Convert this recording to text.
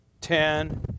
ten